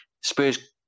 Spurs